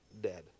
dead